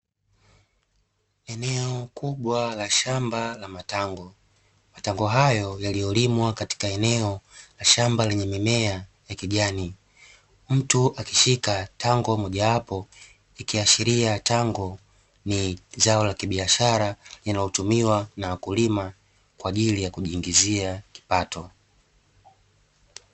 Eneo kubwa la shamba la matango, matango hayo yaliyolimwa katika eneo la shamba lenye mimea ya kijani. Mtu akishika tango mojawapo, ikiashiria tango ni zao la kibiashara linalotumiwa na wakulima kwa ajili ya kujiingizia kipato.